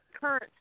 current